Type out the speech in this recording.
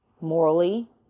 morally